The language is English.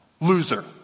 loser